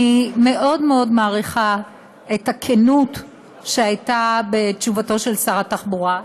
אני מאוד מאוד מעריכה את הכנות שהייתה בתשובתו של שר התחבורה.